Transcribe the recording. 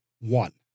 one